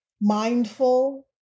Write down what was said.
mindful